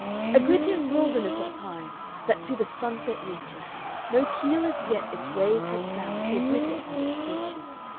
a glittering wilderness of time that to the sunset reaches no keel as yet its waves has ploughed or gritted on its beaches.